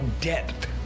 depth